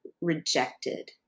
rejected